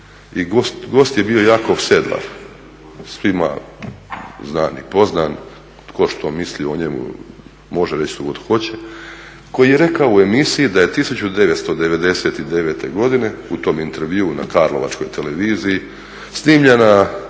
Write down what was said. i gost je bio Jakov Sedlar svima znam i poznat, tko što misli o njemu, može reći što god hoće, koji je rekao u emisiji da je 1999.godine u tom intervjuu na Karlovačkoj televiziji snimljena